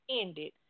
ended